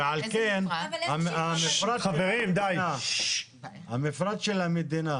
ועל כן המפרט של המדינה